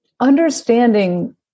Understanding